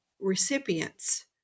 recipients